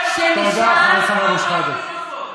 חבר הכנסת סמי אבו שחאדה.